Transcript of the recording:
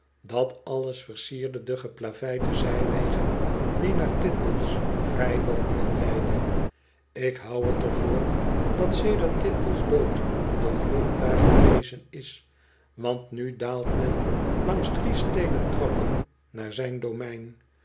dat alles versierde de geplaveide zijwegen die naar titbull's vrij woningen leidden ik hou t er voor dat sedert titbull's dood de grond daar gerezen is want nu daalt men langs drie steenen trappen naar zijn domein